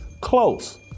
close